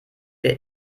wir